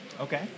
Okay